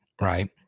right